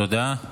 תודה.